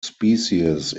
species